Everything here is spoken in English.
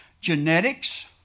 Genetics